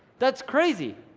that's crazy.